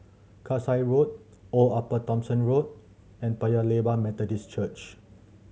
Kasai Road Old Upper Thomson Road and Paya Lebar Methodist Church